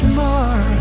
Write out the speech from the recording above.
more